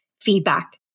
feedback